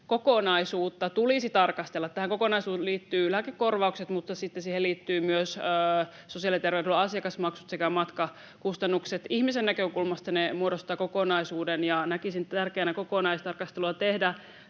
kokonaisuutta tulisi tarkastella. Tähän kokonaisuuteen liittyvät lääkekorvaukset, mutta sitten siihen liittyvät myös sosiaali- ja terveydenhuollon asiakasmaksut sekä matkakustannukset. Ihmisen näkökulmasta ne muodostavat kokonaisuuden, ja näkisin tärkeänä tehdä kokonaistarkastelua.